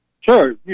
Sure